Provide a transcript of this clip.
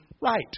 right